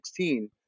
2016